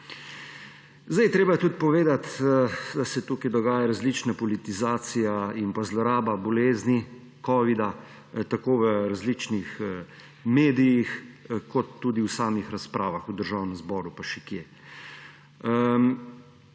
Treba je tudi povedati, da se tukaj dogaja različna politizacija in zloraba bolezni covida-19 v različnih medijih, tudi v samih razpravah v Državnem zboru pa še kje.